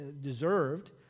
deserved